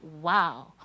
wow